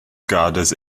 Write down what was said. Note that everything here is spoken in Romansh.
gadas